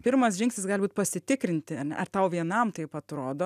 pirmas žingsnis gali būt pasitikrinti ar tau vienam taip atrodo